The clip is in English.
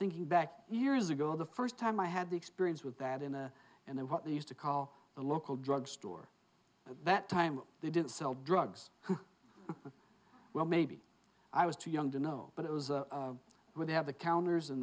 thinking back years ago the first time i had the experience with that in the in the what they used to call the local drug store that time they didn't sell drugs well maybe i was too young to know but it was where they have the counters